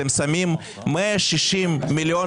ולכן אני אומר אדוני היושב ראש שהממשלה הזאת מזניחה את העצמאים.